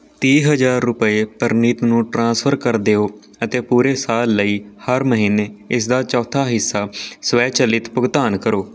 ਤੀਹ ਹਜ਼ਾਰ ਰੁਪਏ ਪ੍ਰਨੀਤ ਨੂੰ ਟ੍ਰਾਂਸਫਰ ਕਰ ਦਿਓ ਅਤੇ ਪੂਰੇ ਸਾਲ ਲਈ ਹਰ ਮਹੀਨੇ ਇਸਦਾ ਚੌਥਾ ਹਿੱਸਾ ਸਵੈਚਲਿਤ ਭੁਗਤਾਨ ਕਰੋ